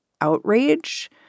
outrage